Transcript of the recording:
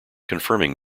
confirming